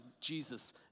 Jesus